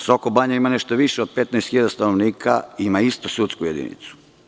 Sokobanja ima nešto više od 15 hiljada stanovnika, ima isto sudsku jedinicu.